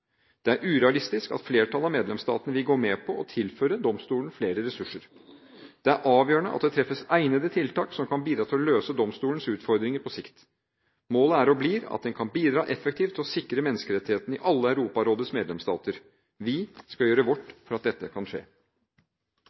Det er urealistisk at flertallet av medlemsstatene vil gå med på å tilføre domstolen flere ressurser. Det er avgjørende at det treffes egnede tiltak som kan bidra til å løse domstolens utfordringer på sikt. Målet er og blir at den kan bidra effektivt til å sikre menneskerettighetene i alle Europarådets medlemsstater. Vi skal gjøre vårt for at dette kan skje.